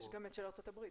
יש גם את של ארצות הברית.